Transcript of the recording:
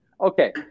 Okay